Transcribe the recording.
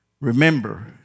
Remember